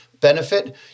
Benefit